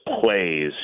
plays